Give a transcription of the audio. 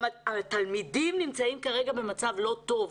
התלמידים נמצאים כרגע במצב לא טוב.